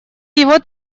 его